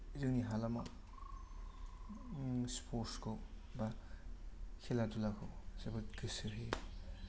जोंनि हालामाव स्पर्त्स खौ बा खेला धुलाखौ जोबोद गोसो होयो